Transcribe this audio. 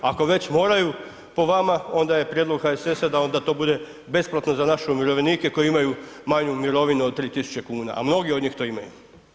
Ako već moraju, po vama, onda je prijedlog HSS-a da onda to bude besplatno za naše umirovljenike koji imaju manju mirovinu od 3000 kuna, a mnogi od njih to imaju.